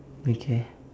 okay